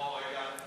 והביטחון נתקבלה.